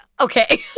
Okay